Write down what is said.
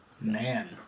Man